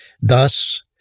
Thus